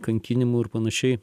kankinimų ir panašiai